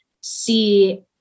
see